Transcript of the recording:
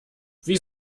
wie